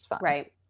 Right